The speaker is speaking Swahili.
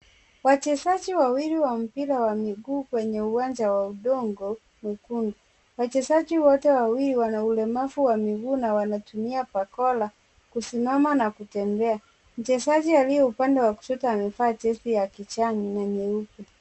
Wachezaji wawili wa mpira wa miguu kwenye uwanja wa udongo mwekundu. Wachezaji wote wawili wana ulemavu wa miguu na wanatumia bakora, kusimama na kutembea. Mchezaji aliye upande wa kushoto amevaa jezi ya kijani na nyeupe.